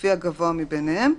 לפי הגבוה מביניהם,